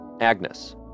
Agnes